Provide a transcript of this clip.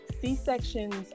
c-sections